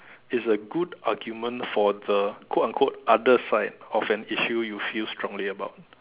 is a good argument for the quote unquote other side of an issue you feel strongly about